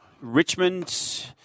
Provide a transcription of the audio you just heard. Richmond